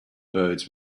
birds